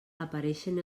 apareixen